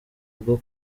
bwo